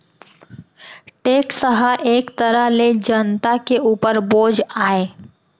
tax ह एक तरह ले जनता के उपर बोझ आय